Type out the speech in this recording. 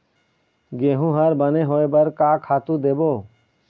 गेहूं हर बने होय बर का खातू देबो?